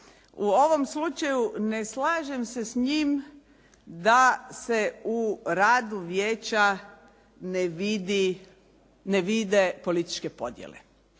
u ovom slučaju ne slažem se s njim da se u radu vijeća ne vide političke podjele.